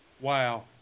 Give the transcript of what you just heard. Wow